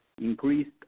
increased